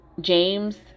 James